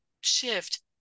shift